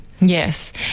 yes